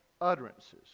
utterances